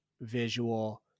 visual